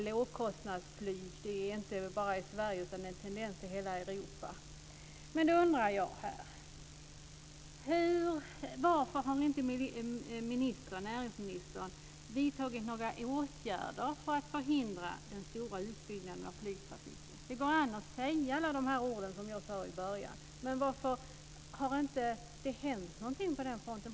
Lågkostnadsflyg finns inte bara i Sverige, utan det är en tendens i hela Jag undrar varför näringsministern inte har vidtagit några åtgärder för att förhindra den stora utbyggnaden av flygtrafiken. Det går an att uttala alla de ord som jag nämnde i början, men varför har det inte hänt någonting på den fronten?